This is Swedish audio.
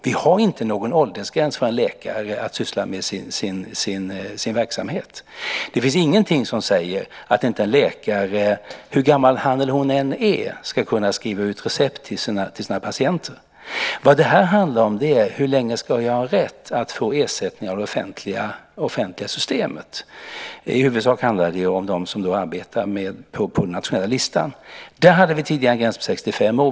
Det finns inte någon åldersgräns för läkare att syssla med sin verksamhet. Det finns ingenting som säger att en läkare - hur gammal han eller hon är - inte ska kunna skriva ut recept till sina patienter. Vad det här handlar om är hur länge man ska ha rätt att få ersättning av det offentliga systemet, och i huvudsak handlar det om de som arbetar på den nationella listan. Där hade vi tidigare en gräns på 65 år.